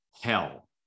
hell